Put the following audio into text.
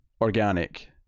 organic